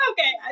Okay